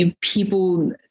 People